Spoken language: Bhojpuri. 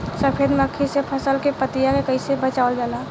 सफेद मक्खी से फसल के पतिया के कइसे बचावल जाला?